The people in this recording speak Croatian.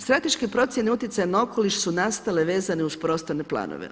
Strateške procjene utjecaja na okoliš su nastale vezane uz prostorne planove.